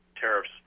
tariffs